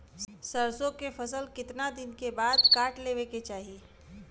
सरसो के फसल कितना दिन के बाद काट लेवे के चाही?